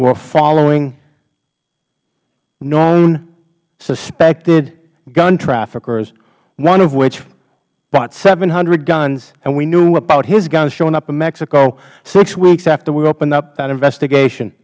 were following known suspected gun traffickers one of which bought seven hundred guns and we knew about his guns showing up in mexico six weeks after we opened up that investigation